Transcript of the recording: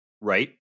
right